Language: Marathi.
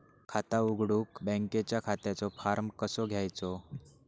खाता उघडुक बँकेच्या खात्याचो फार्म कसो घ्यायचो?